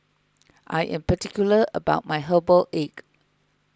I am particular about my Herbal Egg